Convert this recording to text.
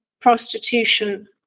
prostitution